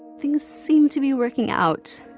things seemed to be working out